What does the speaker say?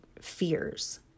fears